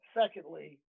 secondly